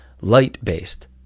light-based